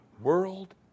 world